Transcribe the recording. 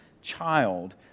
child